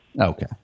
Okay